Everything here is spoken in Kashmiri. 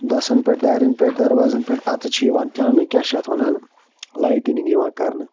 دَسَن پٮ۪ٹھ دارٮ۪ن پٮ۪ٹھ دَروازَن پٮ۪ٹھ پَتہٕ چھِ یِوان ترٛاونہٕ کیٛاہ چھِ اَتھ وَنان لایٹِنِنٛگ یِوان کَرنہٕ